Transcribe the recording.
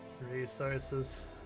Resources